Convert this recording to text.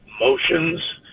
motions